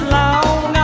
long